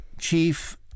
chief